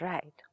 Right